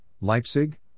Leipzig